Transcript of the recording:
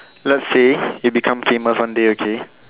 let's say you become famous one day okay